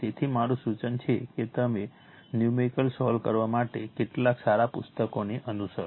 તેથી મારું સૂચન છે કે તમે ન્યૂમેરિકલ સોલ્વ કરવા માટે કેટલાક સારા પુસ્તકોને અનુસરો